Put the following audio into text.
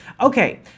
Okay